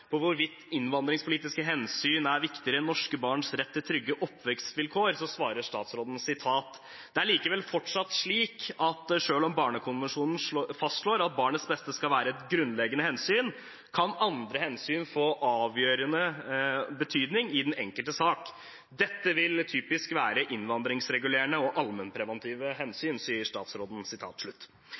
hvorvidt innvandringspolitiske hensyn er viktigere enn norske barns rett til trygge oppvekstvilkår, svarer statsråden: «Det er likevel fortsatt slik at selv om barnekonvensjonen fastslår at barnets beste skal være et grunnleggende hensyn, kan andre hensyn få avgjørende betydning i den enkelte sak. Dette vil typisk være innvandringsregulerende og allmennpreventive hensyn.»